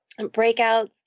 breakouts